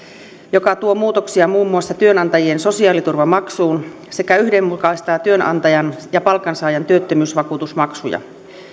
joka tuo muutoksia muun muassa työnantajien sosiaaliturvamaksuun sekä yhdenmukaistaa työnantajan ja palkansaajan työttömyysvakuutusmaksuja